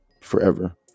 forever